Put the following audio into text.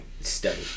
study